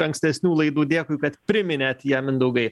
ankstesnių laidų dėkui kad priminėt ją mindaugai